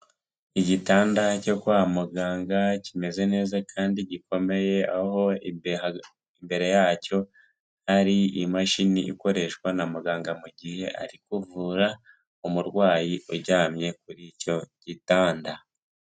Igitanda cyo kwa muganga kimeze neza kandi gikomeye, aho imbe imbere yacyo hari imashini ikoreshwa na muganga mu gihe ari kuvura umurwayi uryamye kuri icyo gitanda